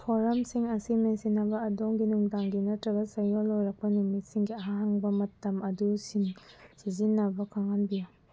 ꯐꯣꯔꯝꯁꯤꯡ ꯑꯁꯤ ꯃꯦꯟꯁꯤꯟꯅꯕ ꯑꯗꯣꯝꯒꯤ ꯅꯨꯃꯤꯗꯥꯡꯒꯤ ꯅꯠꯇ꯭ꯔꯒ ꯆꯌꯣꯜ ꯑꯣꯏꯔꯛꯄ ꯅꯨꯃꯤꯠꯁꯤꯡꯒꯤ ꯑꯍꯥꯡꯕ ꯃꯇꯝ ꯑꯗꯨ ꯁꯤꯖꯤꯟꯅꯕ ꯈꯪꯍꯟꯕꯤꯎ